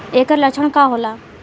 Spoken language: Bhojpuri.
ऐकर लक्षण का होला?